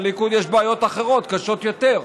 לליכוד יש בעיות אחרות, קשות יותר,